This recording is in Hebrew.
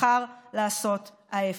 בחר לעשות ההפך.